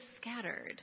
scattered